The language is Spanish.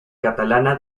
catalana